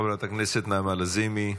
חברת הכנסת נעמה לזימי,